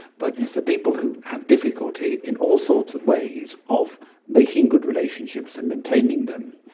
but it's the people who have difficulty in all sorts of ways of making good relationships and maintaining them,